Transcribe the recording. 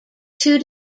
two